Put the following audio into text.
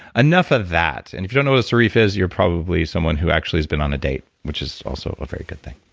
enough of that. and if you don't know what a serif is you're probably someone who actually has been on a date, which is also a very good thing